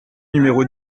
numéro